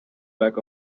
back